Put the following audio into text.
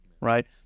right